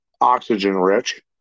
oxygen-rich